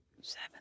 Seven